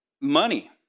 Money